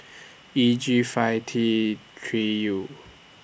E G five T three U